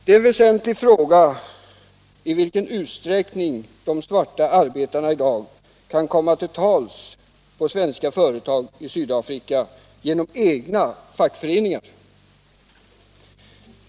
En väsentlig fråga blir då i vilken utsträckning de svarta arbetarna i dag kan komma till tals på svenska företag i Sydafrika genom egna fackföreningar.